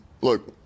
look